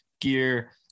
gear